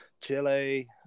Chile